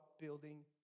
building